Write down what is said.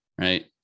Right